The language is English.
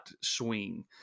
swing